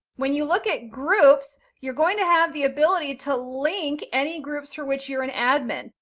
when you look at groups, you're going to have the ability to link any groups for which you're an admin.